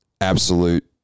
absolute